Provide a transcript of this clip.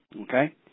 Okay